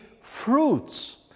fruits